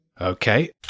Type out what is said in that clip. Okay